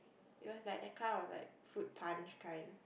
it was like the kind of like fruit punch kind